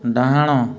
ଡ଼ାହାଣ